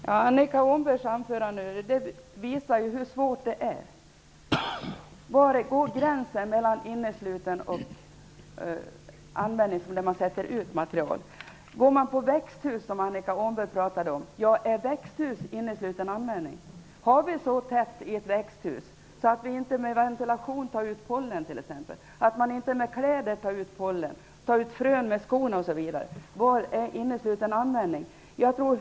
Herr talman! Annika Åhnbergs anförande visar hur svårt det är. Var går gränsen mellan innesluten användning och frisläppt material? Går gränsen vid växthus, som Annika Åhnberg talade om? Är växthus innesluten användning? Är det så tätt i ett växthus att man inte med ventilation kan få ut t.ex. pollen? Kan man inte med kläder ta ut pollen, frön med skorna, osv.? Vad är innesluten användning?